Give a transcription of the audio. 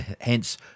hence